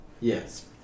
Yes